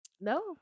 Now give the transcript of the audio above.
No